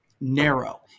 narrow